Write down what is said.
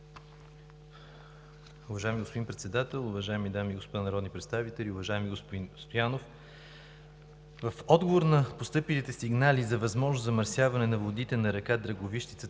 Уважаеми господин Председател, уважаеми дами и господа народни представители! Уважаеми господин Стоянов, в отговор на постъпилите сигнали за възможно замърсяване на водите на река Драговищица,